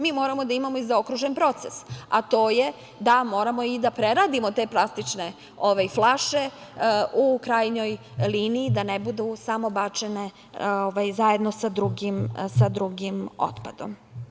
Mi moramo da imamo i zaokružen proces, a to je da moramo i da preradimo te plastične flaše u krajnjoj liniji, da ne budu samo bačene zajedno sa drugim otpadom.